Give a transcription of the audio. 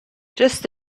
just